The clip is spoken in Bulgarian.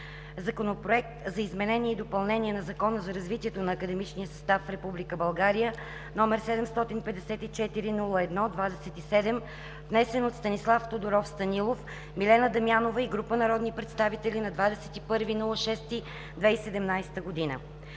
Законопроект за изменение и допълнение на Закона за развитието на академичния състав в Република България, № 754-01-27, внесен от Станислав Тодоров Станилов, Милена Дамянова и група народни представители на 21 юни 2017 г.